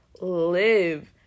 live